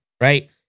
Right